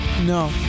No